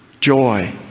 joy